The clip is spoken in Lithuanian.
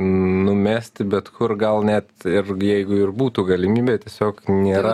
numesti bet kur gal net irgi jeigu ir būtų galimybė tiesiog nėra